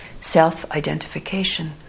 self-identification